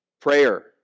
Prayer